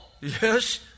Yes